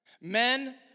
Men